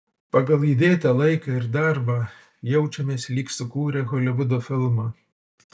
pagal įdėtą laiką ir darbą jaučiamės lyg sukūrę holivudo filmą